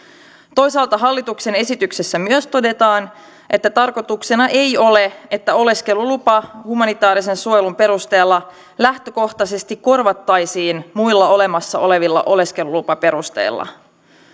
toisaalta hallituksen esityksessä myös todetaan että tarkoituksena ei ole että oleskelulupa humanitaarisen suojelun perusteella lähtökohtaisesti korvattaisiin muilla olemassa olevilla oleskelulupaperusteilla